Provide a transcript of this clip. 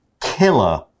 killer